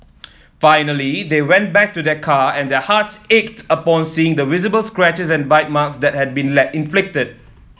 finally they went back to their car and their hearts ached upon seeing the visible scratches and bite marks that had been left inflicted